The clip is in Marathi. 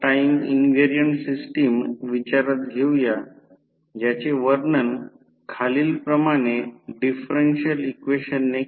5 Ω रिअॅक्टॅन्स म्हणजे त्याला प्रेरक भार म्हणतात याला प्राथमिक बाजू कमी व्होल्टेज बाजू आणि भारा वर व्होल्टेज V2 म्हणतात